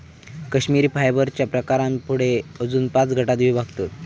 कश्मिरी फायबरच्या प्रकारांका पुढे अजून पाच गटांत विभागतत